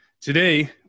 Today